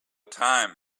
time